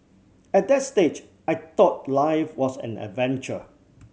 at that stage I thought life was an adventure